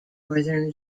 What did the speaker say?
northern